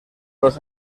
los